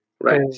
Right